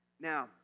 Now